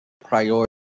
priority